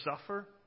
suffer